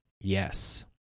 Yes